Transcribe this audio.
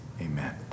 Amen